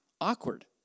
awkward